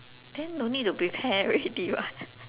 then don't need to prepare already [what]